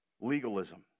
legalism